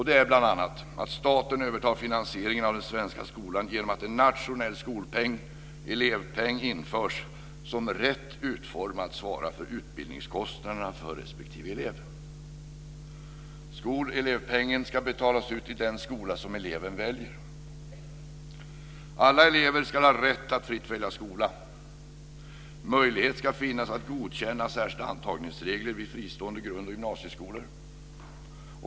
Det är bl.a. att staten övertar finansieringen av den svenska skolan genom att en nationell skol eller elevpeng införs som rätt utformad svarar för utbildningskostnaderna för respektive elev. Skoleller elevpengen ska betalas ut till den skola som eleven väljer. Alla elever ska ha rätt att fritt välja skola. Möjlighet ska finnas att godkänna särskilda antagningsregler vid fristående grund och gymnasieskolor.